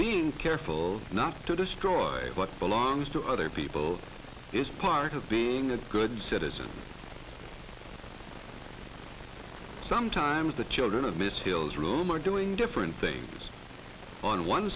being careful not to destroy what belongs to other people is part of being a good citizen sometimes the children of missiles room are doing different things on one